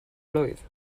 blwydd